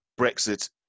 Brexit